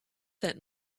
that